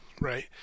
right